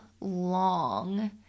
long